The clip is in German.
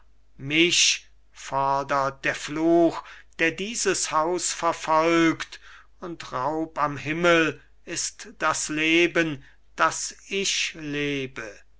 mich fordert der fluch der dieses haus verfolgt und raub am himmel ist das leben das ich lebe